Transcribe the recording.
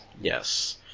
Yes